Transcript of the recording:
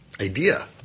idea